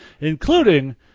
including